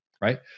right